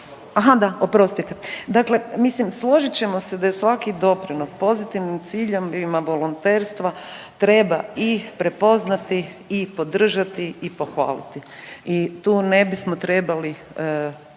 Aha, da, oprostite, dakle mislim složit ćemo se da je svaki doprinos pozitivnim ciljevima volonterstva treba i prepoznati i podržati i pohvaliti i tu ne bismo trebali